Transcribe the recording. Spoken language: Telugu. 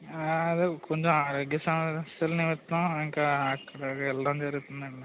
అదే కొంచెం ఆరోగ్య సమస్యల నిమిత్తం ఇంకా అక్కడకి వెళ్లడం జరుగుతుందండి